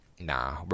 nah